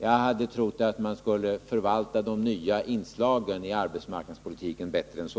Jag hade trott att man skulle förvalta de nya inslagen i arbetsmarknadspolitiken bättre än så.